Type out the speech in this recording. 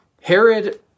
Herod